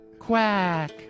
Quack